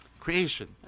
Creation